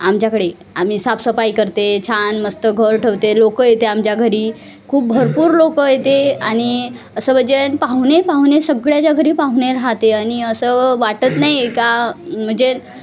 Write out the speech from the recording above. आमच्याकडे आम्ही साफसफाई करते छान मस्त घर ठेवते लोकं येते आमच्या घरी खूप भरपूर लोकं येते आणि असं म्हणजे पाहुणे पाहुणे सगळ्याच्या घरी पाहुणे राहते आणि असं वाटत नाही का म्हणजे